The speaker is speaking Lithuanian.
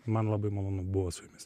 man labai malonu buvo su jumis